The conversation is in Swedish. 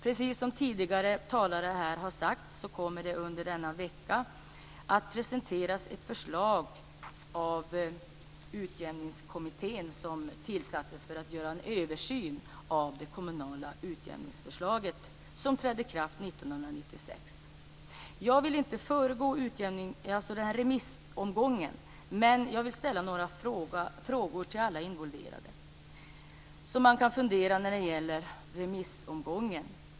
Precis som tidigare talare här har sagt kommer det att under denna vecka presenteras ett förslag av Utjämningskommittén, som tillsattes för att göra en översyn av det kommunala skatteutjämningsförslaget som trädde i kraft 1996. Jag vill inte föregå remissomgången, men jag vill ställa ett par frågor till alla involverade när det gäller remissomgången.